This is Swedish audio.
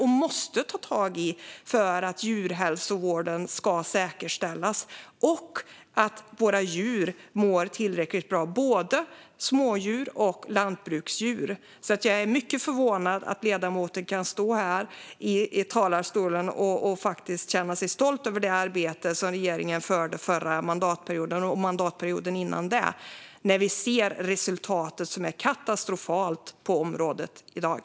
Vi måste ta tag i detta för att djurhälsovården ska säkerställas och för att våra djur ska må tillräckligt bra - både smådjur och lantbruksdjur. Jag är mycket förvånad över att ledamoten kan stå här i talarstolen och faktiskt känna sig stolt över det arbete som regeringen gjorde under förra mandatperioden och under mandatperioden dessförinnan när vi ser resultatet, som är katastrofalt, på området i dag.